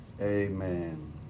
Amen